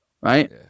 right